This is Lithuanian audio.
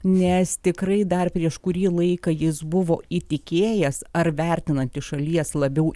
nes tikrai dar prieš kurį laiką jis buvo įtikėjęs ar vertinant iš šalies labiau